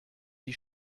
die